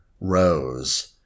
Rose